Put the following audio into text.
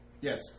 Yes